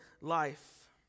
life